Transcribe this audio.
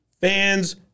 fans